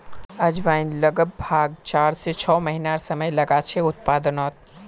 अजवाईन लग्ब्भाग चार से छः महिनार समय लागछे उत्पादनोत